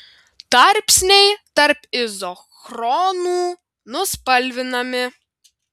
tarpsniai tarp izochronų nuspalvinami